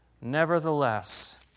nevertheless